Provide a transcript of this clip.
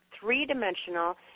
Three-dimensional